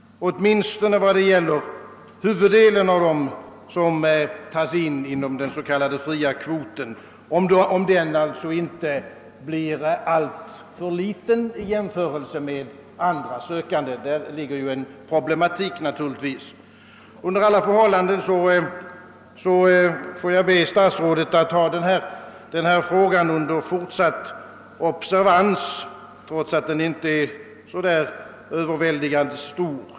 åtminstone kunde detta gälla huvuddelen av dem som tas in inom den s.k. fria kvoten, om de inte blir alltför få i jämförelse med andra sökande; där ligger naturligtvis en problematik. Under alla förhållanden får jag be herr statsrådet att ha denna fråga under fortsatt observation, trots att den inte är så överväldigande stor.